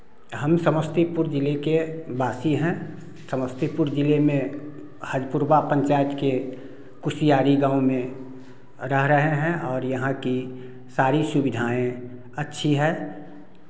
हम समस्तीपुर जिले के वासी हैं समस्तीपुर जिले में हजपुरवा पंचायत के कुशियारी गाँव में रह रहे हैं और यहाँ की सारी सुविधाएँ अच्छी हैं